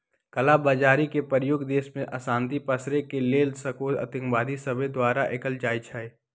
कला बजारी के प्रयोग देश में अशांति पसारे के लेल सेहो आतंकवादि सभके द्वारा कएल जाइ छइ